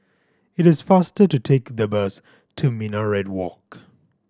it is faster to take the bus to Minaret Walk